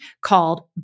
called